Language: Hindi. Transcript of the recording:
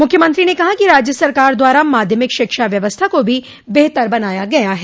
मुख्यमंत्री ने कहा कि राज्य सरकार द्वारा माध्यमिक शिक्षा व्यवस्था को भी बेहतर बनाया गया है